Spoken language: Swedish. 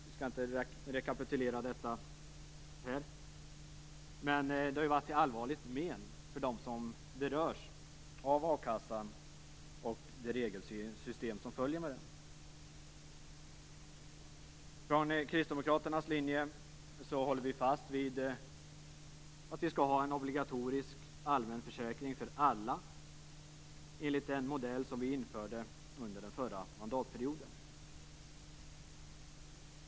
Jag skall inte rekapitulera detta här, men det har varit till allvarligt men för dem som berörs av a-kassan och dess regelsystem. Kristdemokraternas linje är att hålla fast vid en obligatorisk allmänförsäkring för alla enligt den modell som infördes under den förra mandatperioden.